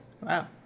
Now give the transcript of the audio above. Wow